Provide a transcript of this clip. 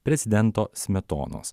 prezidento smetonos